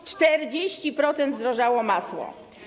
O 40% zdrożało masło.